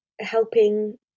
helping